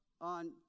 on